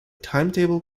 timetable